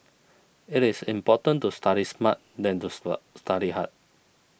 it is important to study smart than to study study hard